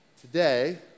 today